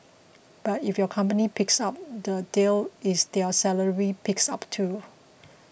but if your company picks up the deal is their salary picks up too